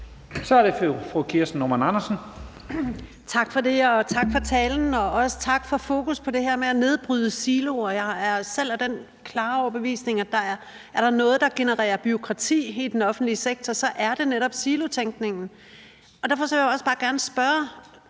Kl. 11:52 Kirsten Normann Andersen (SF): Tak for det. Tak for talen, og også tak for at sætte fokus på det her med at nedbryde siloer. Jeg er selv af den klare overbevisning, at hvis der er noget, der genererer bureaukrati i den offentlige sektor, så er det netop silotænkningen. Derfor vil jeg også bare gerne spørge